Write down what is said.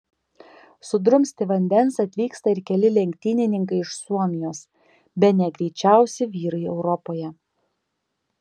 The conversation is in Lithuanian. sudrumsti vandens atvyksta ir keli lenktynininkai iš suomijos bene greičiausi vyrai europoje